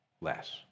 less